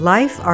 Life